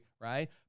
right